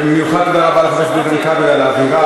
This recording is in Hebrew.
ובמיוחד תודה רבה לחבר הכנסת איתן כבל על האווירה,